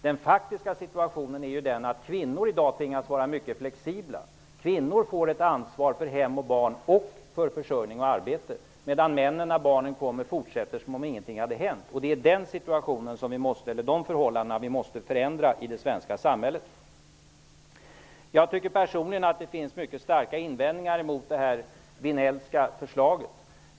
Den faktiska situationen i dag är att kvinnor tvingas att vara mycket flexibla. Kvinnor får ta ansvar för hem och barn och för försörjning och arbete, medan männen när barnen kommer till världen fortsätter som och ingenting har hänt. Det är de förhållanden vi måste förändra i det svenska samhället. Personligen tycker jag att det finns mycket starka invändningar mot det Vinellska förslaget.